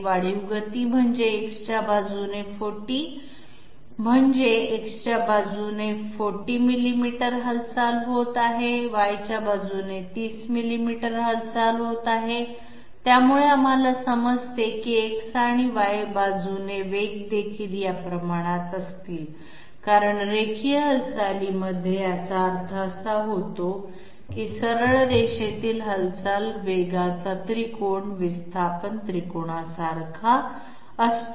वाढीव गती म्हणजे X च्या बाजूने 40 म्हणजे X च्या बाजूने 40 मिलिमीटर हालचाल होत आहे Y च्या बाजूने 30 मिलिमीटर हालचाल होत आहे त्यामुळे आम्हाला समजते की X आणि Y बाजूने वेग देखील या प्रमाणात असतील कारण रेखीय हालचालीमध्ये याचा अर्थ असा होतो की सरळ रेषेतील हालचाल वेगाचा त्रिकोण विस्थापन त्रिकोणासारखा असतो